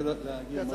אקוניס.